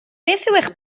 eich